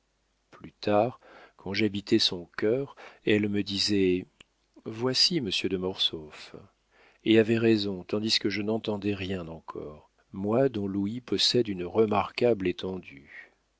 plus tard quand j'habitai son cœur elle me disait voici monsieur de mortsauf et avait raison tandis que je n'entendais rien encore moi dont l'ouïe possède une remarquable étendue